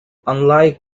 unlike